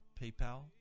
PayPal